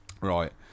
Right